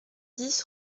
dix